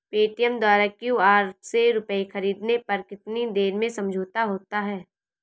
Paytm द्वारा QR से रूपए ख़रीदने पर कितनी देर में समझौता होता है?